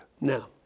Now